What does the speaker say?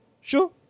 sure